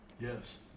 Yes